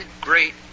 great